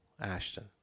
Ashton